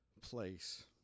place